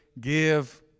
give